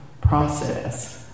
process